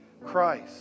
Christ